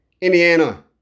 Indiana